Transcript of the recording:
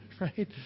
right